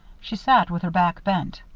she sat with her back bent.